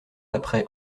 après